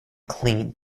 cleaned